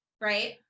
Right